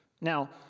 Now